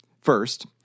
First